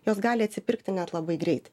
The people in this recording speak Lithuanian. jos gali atsipirkti net labai greit